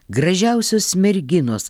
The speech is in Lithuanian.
gražiausios merginos